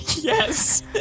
Yes